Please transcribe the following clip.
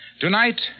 Tonight